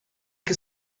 que